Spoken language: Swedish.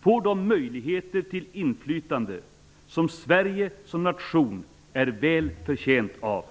får de möjligheter till inflytande som Sverige som nation är väl förtjänt av.